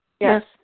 Yes